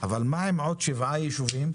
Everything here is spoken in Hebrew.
אבל מה עם עוד שבעה ישובים,